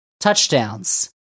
touchdowns